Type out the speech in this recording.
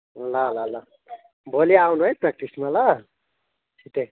ल ल ल भोलि आउनु है प्र्याक्टिसमा ल छिट्टै